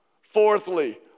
Fourthly